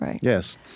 Yes